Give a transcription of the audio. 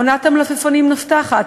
עונת המלפפונים נפתחת,